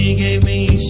gave me